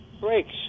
Brakes